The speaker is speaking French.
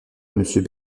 monsieur